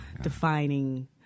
defining